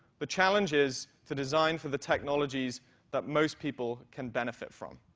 the challenge is to design for the technologies that most people can benefit from.